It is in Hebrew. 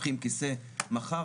פותחים כיסא מחר,